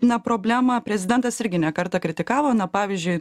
na problemą prezidentas irgi ne kartą kritikavo na pavyzdžiui